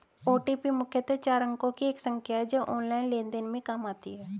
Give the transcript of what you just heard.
OTP मुख्यतः चार अंकों की एक संख्या है जो ऑनलाइन लेन देन में काम आती है